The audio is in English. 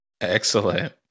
excellent